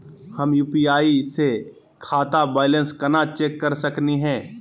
हम यू.पी.आई स खाता बैलेंस कना चेक कर सकनी हे?